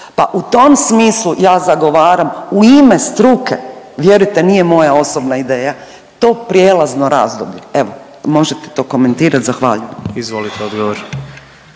Pa u tom smislu ja zagovaram u ime struke, vjerujte nije moja osobna ideja, to prijelazno razdoblje. Evo možete to komentirati. Zahvaljujem. **Jandroković,